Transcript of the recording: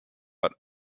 but